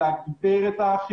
אני מבקש להגביר את האכיפה,